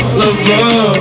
lover